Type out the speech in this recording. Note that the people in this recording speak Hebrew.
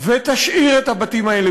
ותשאיר את הבתים האלה,